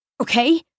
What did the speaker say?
Okay